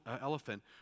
elephant